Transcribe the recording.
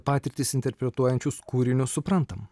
patirtis interpretuojančius kūrinius suprantam